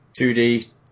2D